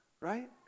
right